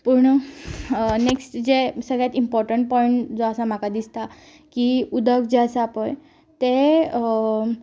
पूण नेक्स्ट जें सगळें सगळ्यांत इमपोर्टंट पोयंट जो आसा म्हाका दिसता की उदक जें आसा पय तें